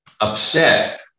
Upset